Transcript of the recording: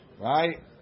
Right